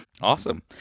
Awesome